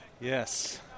Yes